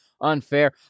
unfair